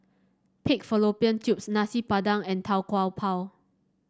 Pig Fallopian Tubes Nasi Padang and Tau Kwa Pau